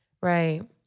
right